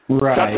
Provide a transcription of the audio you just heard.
Right